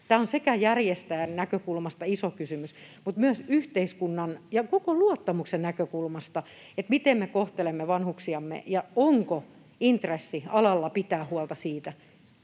kysymys sekä järjestäjän näkökulmasta mutta myös yhteiskunnan ja koko luottamuksen näkökulmasta, miten me kohtelemme vanhuksiamme ja onko alalla intressi pitää huolta siitä,